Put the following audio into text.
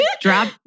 Drop